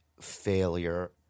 failure